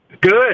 Good